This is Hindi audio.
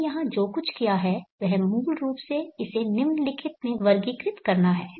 मैंने यहां जो कुछ किया है वह मूल रूप से इसे निम्नलिखित में वर्गीकृत करना है